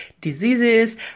diseases